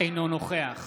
בעד